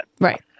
Right